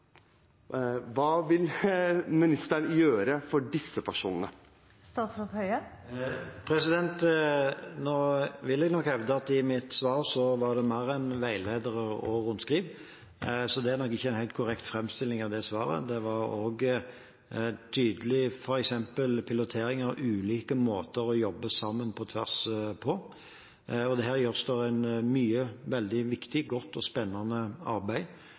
Hva vil ministeren gjøre for disse personene? Nå vil jeg nok hevde at det i mitt svar var mer enn veiledere og rundskriv, så det er nok ikke en helt korrekt framstilling av svaret. Det var også f.eks. en tydelig pilotering av ulike måter å jobbe sammen på tvers på. Her gjøres det mye veldig viktig, godt og spennende arbeid.